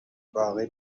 باقی